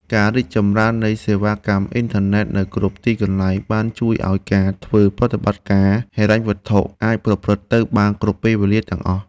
ការរីកចម្រើននៃសេវាកម្មអ៊ីនធឺណិតនៅគ្រប់ទីកន្លែងបានជួយឱ្យការធ្វើប្រតិបត្តិការហិរញ្ញវត្ថុអាចប្រព្រឹត្តទៅបានគ្រប់ពេលវេលាទាំងអស់។